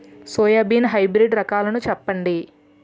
Soybean hybrid రకాలను చెప్పండి?